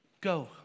go